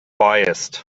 biased